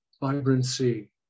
vibrancy